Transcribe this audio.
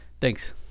Thanks